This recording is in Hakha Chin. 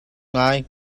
ngai